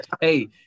Hey